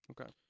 Okay